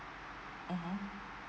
mmhmm